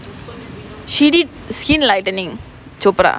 she did skin lightening chopra